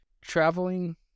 Traveling